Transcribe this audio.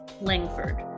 Langford